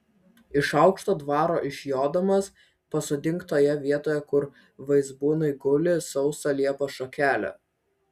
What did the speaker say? iš aukšto dvaro išjodamas pasodink toje vietoje kur vaizbūnai guli sausą liepos šakelę